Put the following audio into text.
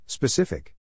Specific